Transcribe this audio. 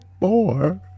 more